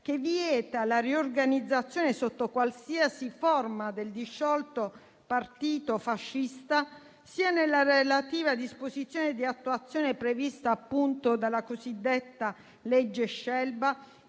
che vieta la riorganizzazione sotto qualsiasi forma del disciolto partito fascista, sia nella relativa disposizione di attuazione prevista dalla cosiddetta legge Scelba,